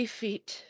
feet